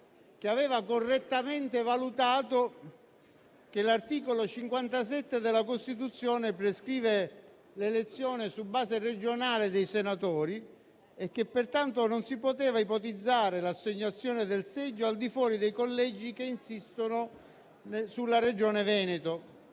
che aveva correttamente valutato che l'articolo 57 della Costituzione prescrive l'elezione dei senatori su base regionale. Pertanto non si poteva ipotizzare l'assegnazione del seggio al di fuori dei collegi che insistono sulla Regione Veneto.